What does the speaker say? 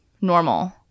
normal